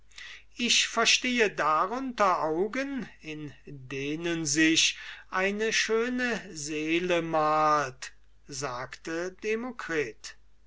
ich verstehe darunter augen in denen sich eine schöne seele malt sagte demokritus